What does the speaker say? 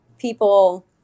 people